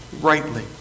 rightly